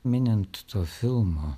minint to filmo